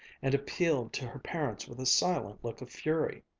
and appealed to her parents with a silent look of fury.